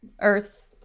earth